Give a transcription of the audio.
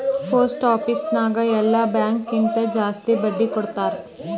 post office ನಾಗ್ ಎಲ್ಲಾ bank ಕಿಂತಾ ಜಾಸ್ತಿ ಬಡ್ಡಿ ಕೊಡ್ತಾರ್